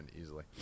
easily